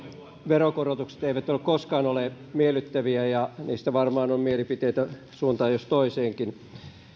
veronkorotukset eivät ole koskaan olleet miellyttäviä ja niistä varmaan on mielipiteitä suuntaan jos toiseenkin